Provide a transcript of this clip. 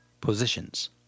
positions